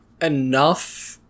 enough